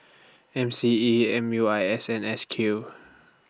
M C E M U I S and S Q